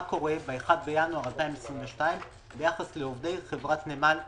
מה קורה אם ב-1.1.2022 ביחס לעובדי חברת נמל אילת,